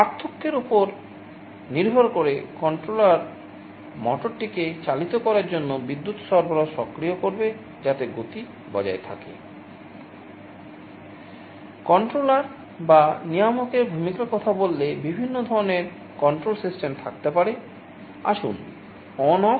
পার্থক্যের উপর নির্ভর করে কন্ট্রোলার মোটর টিকে চালিত করার জন্য বিদ্যুৎ সরবরাহ সক্রিয় করবে যাতে গতি বজায় থাকে